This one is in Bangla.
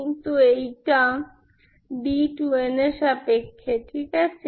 কিন্তু এইটি d2n এর সাপেক্ষে ঠিক আছে